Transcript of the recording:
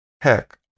Heck